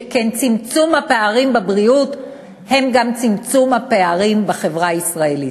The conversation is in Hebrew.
שכן צמצום הפערים בבריאות הוא גם צמצום הפערים בחברה הישראלית.